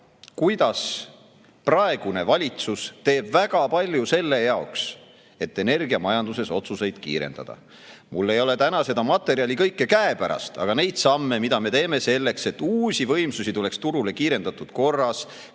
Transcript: kuidas praegune valitsus teeb väga palju selleks, et energiamajanduses otsuseid kiirendada. "Mul ei ole täna kogu seda materjali käepärast. Aga neid samme, mida me teeme selleks, et uusi võimsusi tuleks turule, me teeme kiirendatud korras,